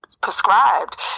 prescribed